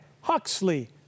Huxley